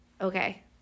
okay